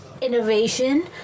Innovation